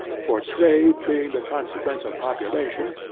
for trade being the consequence of population,